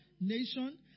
nation